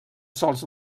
sols